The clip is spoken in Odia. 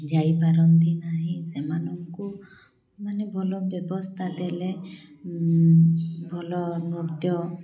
ଯାଇପାରନ୍ତି ନାହିଁ ସେମାନଙ୍କୁ ମାନେ ଭଲ ବ୍ୟବସ୍ଥା ଦେଲେ ଭଲ ନୃତ୍ୟ